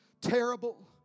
terrible